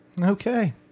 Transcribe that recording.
Okay